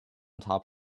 top